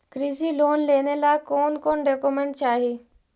कृषि लोन लेने ला कोन कोन डोकोमेंट चाही?